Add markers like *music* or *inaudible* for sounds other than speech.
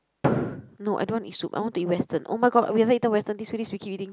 *noise* no I don't want to eat soup I want to eat Western oh my god we haven't eaten Western this few days we keep eating